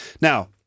Now